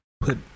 Put